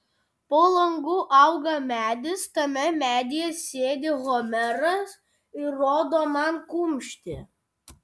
po langu auga medis tame medyje sėdi homeras ir rodo man kumštį